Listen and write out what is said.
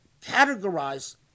categorize